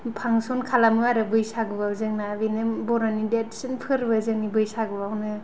फांशन खालामो आरो बैसागु जोंना बेनो बर'नि देरसिन फोरबो जोंनि बैसागुआवनो